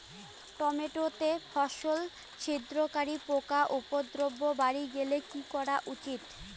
Tomato তে ফল ছিদ্রকারী পোকা উপদ্রব বাড়ি গেলে কি করা উচিৎ?